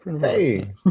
Hey